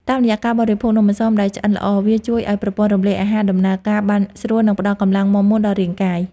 តាមរយៈការបរិភោគនំអន្សមដែលឆ្អិនល្អវាជួយឱ្យប្រព័ន្ធរំលាយអាហារដំណើរការបានស្រួល និង ផ្ដល់កម្លាំងមាំមួនដល់រាងកាយ។